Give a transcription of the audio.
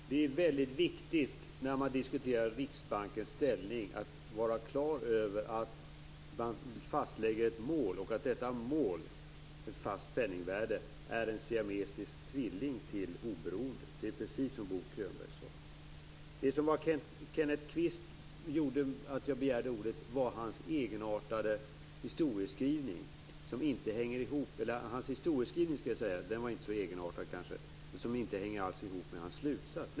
Fru talman! Det är väldigt viktigt när man diskuterar Riksbankens ställning att vara klar över att man fastlägger ett mål och att detta mål, ett fast penningvärde, är en siamesisk tvilling till oberoendet. Det är precis som Bo Könberg sade. Det i Kenneth Kvists anförande som gjorde att jag begärde ordet var hans egenartade historieskrivning. Själva historieskrivningen var kanske inte så egenartad, men den hänger inte alls ihop med hans slutsats.